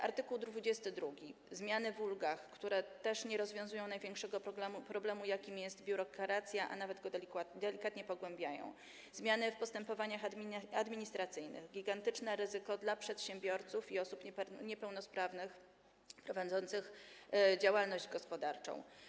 Art. 22, zmiany w ulgach, które też nie rozwiązują największego problemu, jakim jest biurokracja, a nawet go delikatnie pogłębiają, zmiany w postępowaniach administracyjnych, gigantyczne ryzyko dla przedsiębiorców i osób niepełnosprawnych prowadzących działalność gospodarczą.